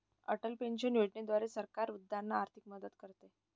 Atal pension योजनेद्वारे सरकार वृद्धांना आर्थिक मदत करते